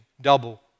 double